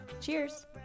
Cheers